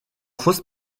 fost